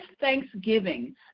thanksgiving